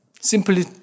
Simply